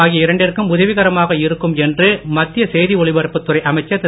ஆகிய இரண்டிற்கும் உதவிகரமாக இருக்கும் என்று மத்திய செய்தி ஒளிபரப்புத்துறை அமைச்சர் திரு